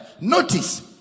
notice